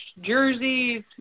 jerseys